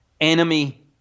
enemy